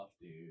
dude